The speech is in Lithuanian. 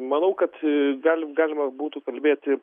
manau kad galim galima būtų kalbėti